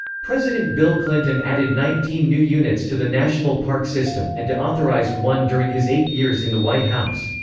president bill clinton added nineteen new units to the national park system, and de-authorized one during his eight years in the white house.